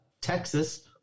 Texas